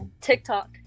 tiktok